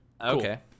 Okay